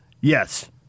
Yes